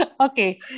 Okay